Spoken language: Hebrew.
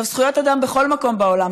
זכויות אדם זה חשוב בכל מקום בעולם,